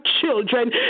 children